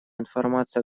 информация